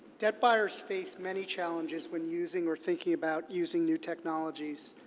debt buyers face many challenges when using or thinking about using new technologies.